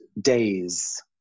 days